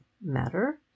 matter